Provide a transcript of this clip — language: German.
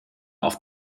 auf